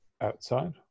outside